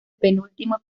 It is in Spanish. penúltimo